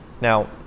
now